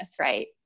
right